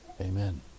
Amen